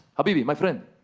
habibi, my friend.